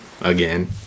Again